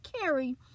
carry